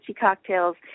cocktails